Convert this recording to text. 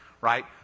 right